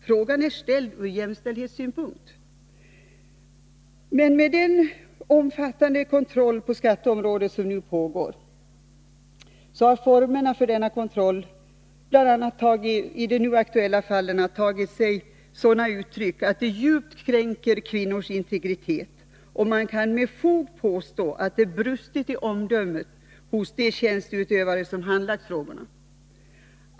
Frågan är ställd ur jämställdhetssynpunkt. Den omfattande kontroll på skatteområdet som nu pågår har bl.a. i de nu aktuella fallen tagit sig sådana uttryck att de djupt kränker kvinnors integritet, och man kan med fog påstå att det brustit i omdöme hos de tjänsteutövare som handlagt frågorna.